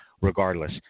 Regardless